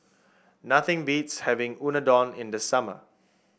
nothing beats having Unadon in the summer